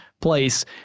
place